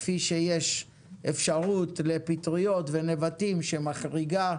כפי שיש אפשרות לפטריות ולנבטים שמחריגה,